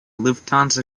lufthansa